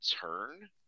turn